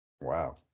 Wow